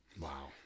Wow